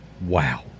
Wow